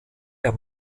der